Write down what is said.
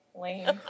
Lame